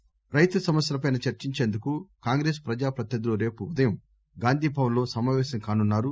meet రైతు సమస్యలపై చర్చించేందుకు కాంగ్రెస్ ప్రజా ప్రతినిధులు రేపు ఉదయం గాంధీభవన్లో సమాపేశం కానున్నారు